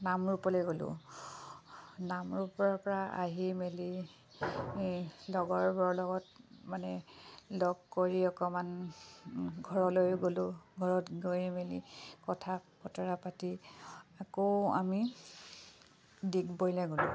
নামৰূপলৈ গ'লোঁ নামৰূপৰপৰা আহি মেলি লগৰবোৰৰ লগত মানে লগ কৰি অকণমান ঘৰলৈয়ো গ'লোঁ ঘৰত গৈ মেলি কথা বতৰা পাতি আকৌ আমি ডিগবৈলৈ গ'লোঁ